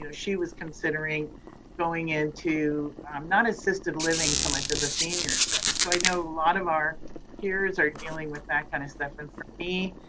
you know she was considering going into not assisted living so much as a senior center. so i know a lot of our peers are dealing with that kind of stuff and for me,